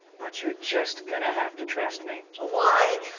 but, you're just gonna have to trust me. why?